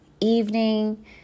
evening